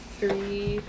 Three